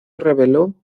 reveló